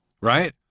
right